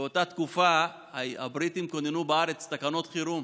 באותה תקופה הבריטים כוננו בארץ תקנות חירום.